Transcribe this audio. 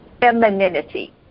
Femininity